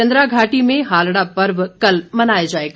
चंद्रा घाटी में हालड़ा पर्व कल मनाया जाएगा